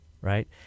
Right